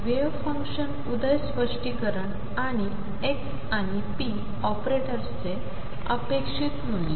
wave function उदय स्पष्टीकरण आणि एक्स आणि पी ऑपरेटर्सचे अपेक्षित मूल्य